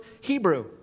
Hebrew